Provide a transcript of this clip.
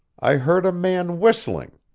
i heard a man whistling.